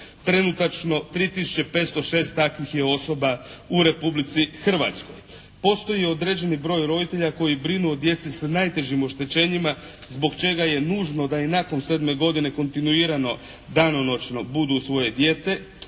Trenutačno 3 tisuće 506 takvih je osoba u Republici Hrvatskoj. Postoji određeni broj roditelja koji brinu o djeci s najtežim oštećenjima zbog čega je nužno da i nakon sedme godine kontinuirano danonoćno budu uz svoje dijete,